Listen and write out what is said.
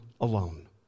alone